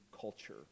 culture